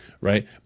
Right